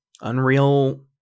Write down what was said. Unreal